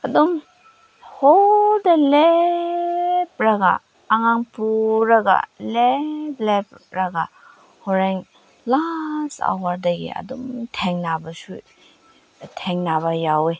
ꯑꯗꯨꯝ ꯍꯣꯜꯗ ꯂꯦꯞꯄꯒ ꯑꯉꯥꯡ ꯄꯨꯔꯒ ꯂꯦꯞ ꯂꯦꯞꯄꯒ ꯍꯣꯔꯦꯟ ꯂꯥꯁ ꯑꯋꯥꯔꯗꯒꯤ ꯑꯗꯨꯝ ꯊꯦꯡꯅꯕꯁꯨ ꯊꯦꯡꯅꯕ ꯌꯥꯎꯏ